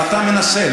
ואתה מנסה,